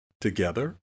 together